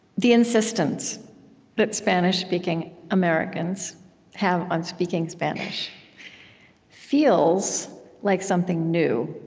the insistence that spanish-speaking americans have on speaking spanish feels like something new,